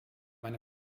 eine